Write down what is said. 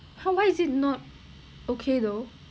!huh! why is it not okay though